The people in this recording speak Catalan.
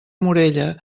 morella